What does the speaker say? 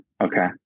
Okay